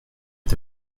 est